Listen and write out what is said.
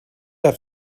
have